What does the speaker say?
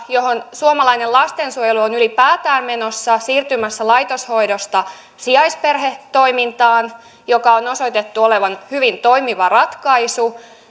johon suomalainen lastensuojelu on ylipäätään menossa siirtymässä laitoshoidosta sijaisperhetoimintaan jonka on osoitettu olevan hyvin toimiva ratkaisu